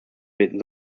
bitten